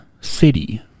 city